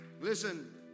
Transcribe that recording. Listen